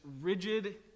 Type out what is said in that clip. rigid